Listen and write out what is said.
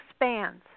expands